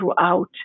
throughout